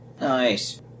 Nice